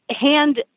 hand